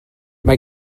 mae